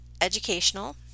educational